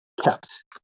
kept